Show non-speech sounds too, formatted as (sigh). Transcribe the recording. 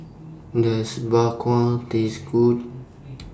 Does Bak Kwa Taste Good (noise)